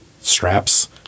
straps